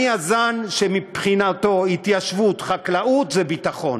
אני הזן שמבחינתו התיישבות, חקלאות, זה ביטחון.